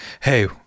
hey